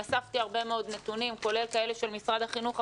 אספתי הרבה מאוד נתונים כולל כאלה של משרד החינוך,